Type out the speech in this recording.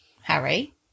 Harry